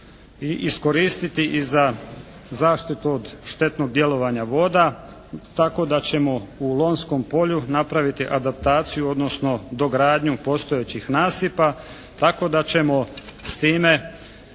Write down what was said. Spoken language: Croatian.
iskoristiti i za zaštitu od štetnog djelovanja voda tako da ćemo u Lonjskom polju napraviti adaptaciju odnosno dogradnju postojećih nasipa tako da ćemo s time